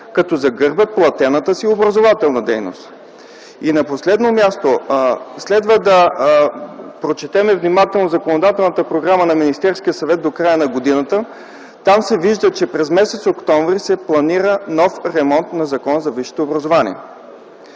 като загърбват платената си образователна дейност? На последно място, следва да прочетем внимателно законодателната програма на Министерския съвет до края на годината. Там се вижда, че през м. октомври се планира нов ремонт на Закона за висшето образование.